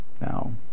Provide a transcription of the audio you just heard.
Now